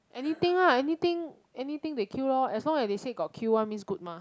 anything lah anything anything they queue lor as long as they see got queue one means good mah